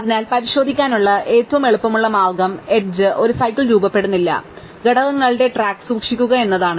അതിനാൽ പരിശോധിക്കാനുള്ള ഏറ്റവും എളുപ്പമുള്ള മാർഗ്ഗം എഡ്ജ് ഒരു സൈക്കിൾ രൂപപ്പെടുന്നില്ല ഘടകങ്ങളുടെ ട്രാക്ക് സൂക്ഷിക്കുക എന്നതാണ്